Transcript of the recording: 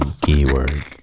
Keyword